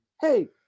Hey